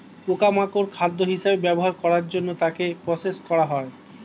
পোকা মাকড় খাদ্য হিসেবে ব্যবহার করার জন্য তাকে প্রসেস করা হয়